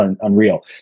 unreal